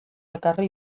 ekarri